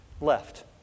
left